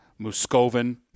Muscovin